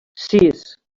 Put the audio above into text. sis